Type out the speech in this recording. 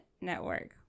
Network